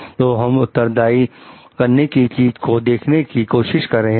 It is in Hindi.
तो हम उत्तरदाई करने की चीज को देखने की कोशिश कर रहे हैं